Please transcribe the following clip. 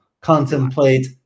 contemplate